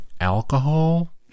alcohol